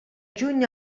juny